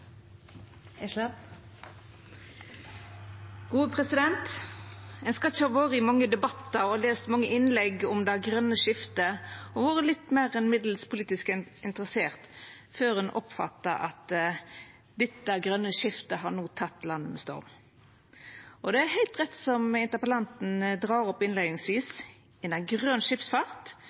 Ein skal ikkje ha vore i mange debattar og lese mange innlegg om det grøne skiftet, eller vore litt meir enn middels politisk interessert, før ein oppfattar at dette grøne skiftet no har teke landet med storm. Det er heilt rett som interpellanten drar opp innleiingsvis – innan grøn skipsfart